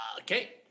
Okay